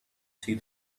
see